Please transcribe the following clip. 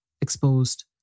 exposed